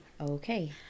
Okay